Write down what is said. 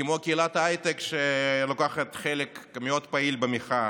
כמו קהילת ההייטק, שלוקחת חלק מאוד פעיל במחאה.